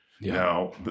Now